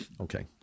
Okay